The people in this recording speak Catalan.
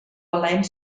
valent